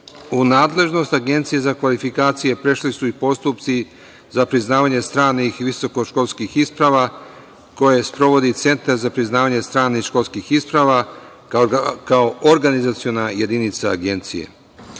nadležnost Agencije za kvalifikacije prešli su i postupci za priznavanje stranih visokoškolskih isprava koje sprovodi Centar za priznavanje stranih školskih isprava kao organizaciona jedinica Agencije.U